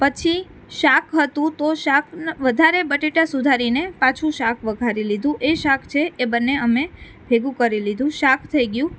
પછી શાક હતું તો શાક વધારે બટાટા સુધારીને પાછું શાક વઘારી લીધું એ શાક છે એ બંને અમે ભેગું કરી લીધું શાક થઈ ગયું